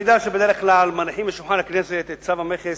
אני יודע שבדרך כלל מניחים על שולחן הכנסת את צו המכס,